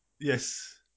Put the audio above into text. Yes